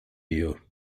you